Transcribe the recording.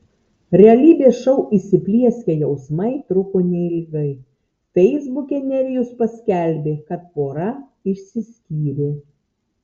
realybės šou įsiplieskę jausmai truko neilgai feisbuke nerijus paskelbė kad pora išsiskyrė